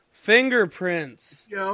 fingerprints